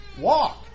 walk